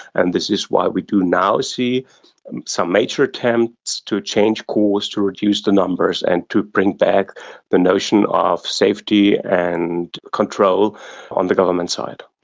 and this is why we do now see some major attempts to change course to reduce the numbers and to bring back the notion of safety and control on the government's side.